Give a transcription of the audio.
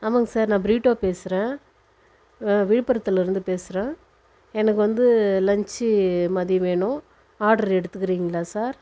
ஆமாங்க சார் நான் பிரிட்டோ பேசுகிறேன் விழுப்புரத்துலேருந்து பேசுகிறேன் எனக்கு வந்து லன்ச்சு மதியம் வேணும் ஆட்ரு எடுத்துக்கிறீங்களா சார்